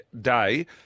day